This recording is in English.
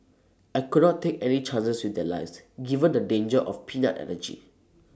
I could not take any chances with their lives given the danger of peanut allergy